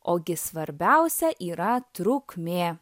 o gi svarbiausia yra trukmė